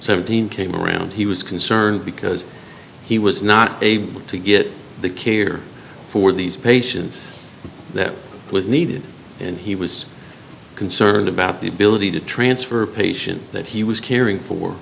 seventeen came around he was concerned because he was not able to get the care for these patients that was needed and he was concerned about the ability to transfer patients that he was caring for